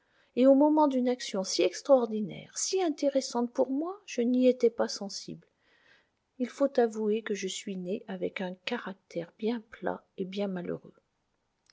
et au moment d'une action si extraordinaire si intéressante pour moi je n'y étais pas sensible il faut avouer que je suis né avec un caractère bien plat et bien malheureux